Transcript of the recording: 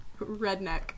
redneck